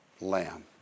lamb